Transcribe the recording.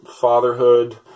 fatherhood